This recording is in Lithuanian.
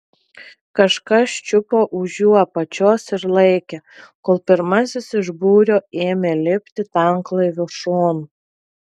kažkas čiupo už jų apačios ir laikė kol pirmasis iš būrio ėmė lipti tanklaivio šonu